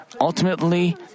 ultimately